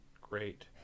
great